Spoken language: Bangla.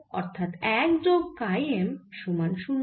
অর্থাৎ 1 যোগ কাই M সমান 0